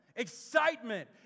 Excitement